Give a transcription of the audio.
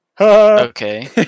Okay